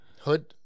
hood